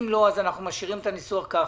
אם לא, נשאיר את הניסוח כך: